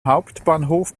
hauptbahnhof